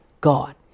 God